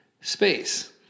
space